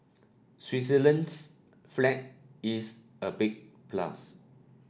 Switzerland's flag is a big plus